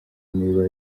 niba